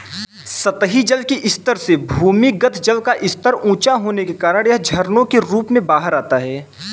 सतही जल के स्तर से भूमिगत जल का स्तर ऊँचा होने के कारण यह झरनों के रूप में बाहर आता है